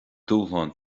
dúshlán